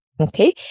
Okay